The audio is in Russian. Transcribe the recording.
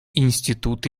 институты